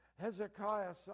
Hezekiah